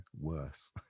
worse